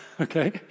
Okay